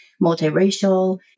multiracial